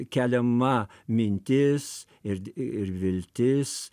keliama mintis ir ir viltis